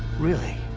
really,